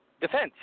defense